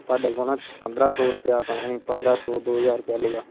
साढ़े कोला पदरां सौ पता नेईं पदरां सौ दो हजार रपेआ लेआ